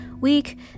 week